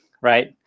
right